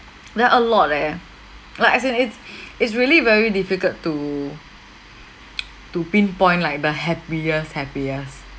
there are a lot leh like as in it's it's really very difficult to to pinpoint like the happiest happiest